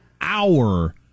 hour